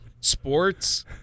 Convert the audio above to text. Sports